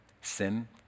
sin